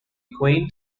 queen